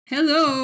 Hello